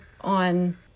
on